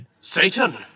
Satan